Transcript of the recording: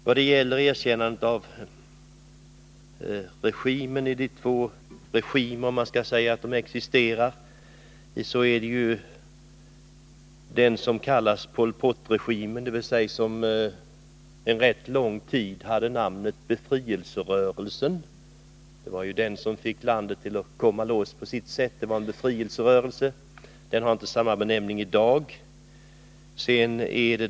Vad gäller erkännandet av de två regimer som existerar i Kampuchea är det ju först fråga om den som kallas Pol Pot-regimen, dvs. den regim som under rätt lång tid hade namnet Befrielserörelsen — det var ju den som fick landet att komma loss, på sitt sätt. Den har inte samma benämning i dag.